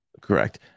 Correct